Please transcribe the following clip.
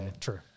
true